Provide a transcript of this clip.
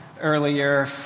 earlier